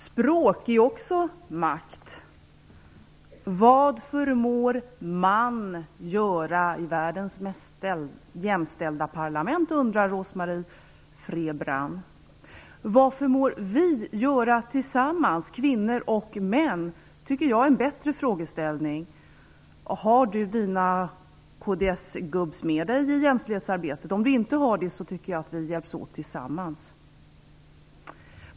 Herr talman! Språk är också makt. Vad förmår man göra i världens mest jämställda parlament, undrar Rose-Marie Frebran. Vad förmår vi, kvinnor och män, göra tillsammans, tycker jag är en bättre frågeställning. Har Rose-Marie Frebran sina "kds-gubbs" med sig i jämställdhetsarbetet? Om hon inte har det tycker jag att vi hjälps åt.